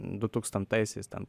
dutūkstantaisiais ten